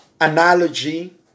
analogy